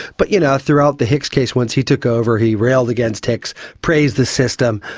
but you know, throughout the hicks case, once he took over he railed against hicks, praised the system,